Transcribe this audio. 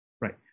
right